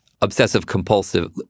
obsessive-compulsive